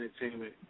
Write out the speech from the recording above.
Entertainment